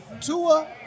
Tua